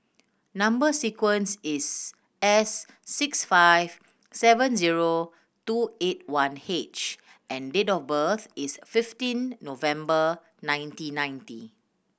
number sequence is S six five seven zero two eight one H and date of birth is fifteen November nineteen ninety